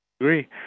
agree